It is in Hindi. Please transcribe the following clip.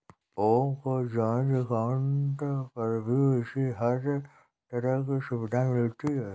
ओम के जॉइन्ट अकाउंट पर भी उसे हर तरह की सुविधा मिलती है